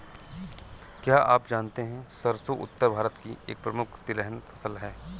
क्या आप जानते है सरसों उत्तर भारत की एक प्रमुख तिलहन फसल है?